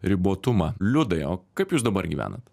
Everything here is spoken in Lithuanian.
ribotumą liudai o kaip jūs dabar gyvenat